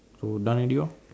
so done already lor